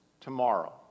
tomorrow